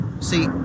See